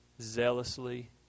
zealously